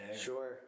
Sure